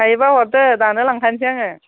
हायोबा हरदो दानो लांखानोसै आङो